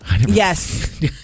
Yes